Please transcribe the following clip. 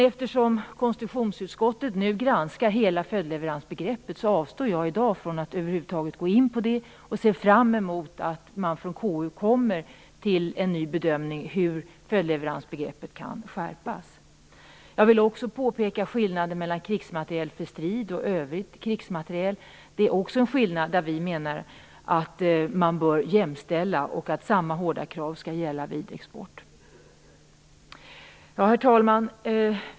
Eftersom konstitutionsutskottet nu granskar hela följdleveransbegreppet avstår jag i dag från att över huvud taget gå in på det och ser fram emot att man från konstitutionsutskottet kommer fram till en ny bedömning i fråga om hur följdleveransbegreppet kan skärpas. Jag vill också påpeka skillnaden mellan krigsmateriel för strid och övrig krigsmateriel. Vi menar att man bör jämställa dessa och att samma hårda krav skall gälla vid export. Herr talman!